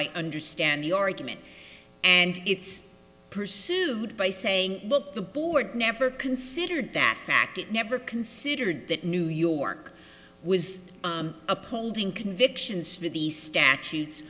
i understand the argument and it's pursued by saying look the board never considered that fact it never considered that new york was upholding convictions for the statutes